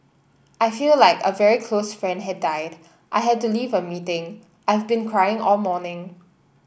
I feel like a very close friend had died I had to leave a meeting I've been crying all morning